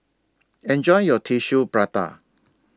Enjoy your Tissue Prata